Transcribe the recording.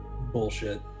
bullshit